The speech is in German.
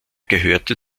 gehörte